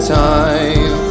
time